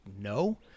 no